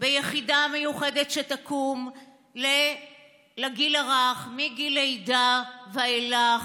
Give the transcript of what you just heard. ביחידה מיוחדת שתקום לגיל הרך, מגיל לידה ואילך,